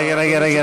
רגע רגע,